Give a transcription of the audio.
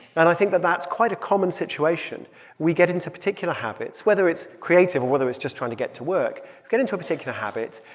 and i think that that's quite a common situation we get into particular habits, whether it's creative or whether it's just trying to get to work we get into a particular habit.